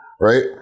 Right